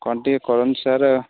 କଣ ଟିକେ କରନ୍ତୁ ସାର୍